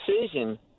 decision